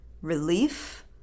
relief